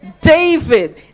David